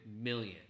million